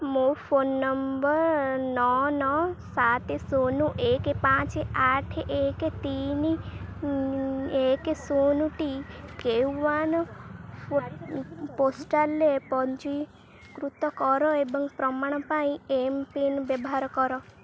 ମୋ phone number ନଅ ନଅ ସାତ ଶୂନ ଏକ ପାଞ୍ଚ ଆଠ ଏକ ତିନି ଏକ ଶୂନଟି କୋୱିନ୍ ଫ ପୋଷ୍ଟାଲରେ ପଞ୍ଜୀକୃତ କର ଏବଂ ପ୍ରମାଣ ପାଇଁ ଏମ୍ପିନ୍ ବ୍ୟବହାର କର